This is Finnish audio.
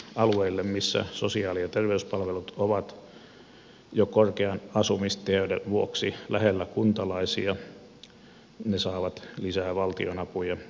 alueet missä sosiaali ja terveyspalvelut ovat jo korkean asumistiheyden vuoksi lähellä kuntalaisia saavat lisää valtionapuja